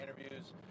interviews